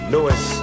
Louis